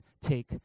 take